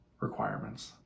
requirements